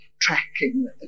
tracking